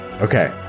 okay